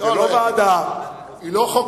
זו לא ועדה, היא לא חוקרת,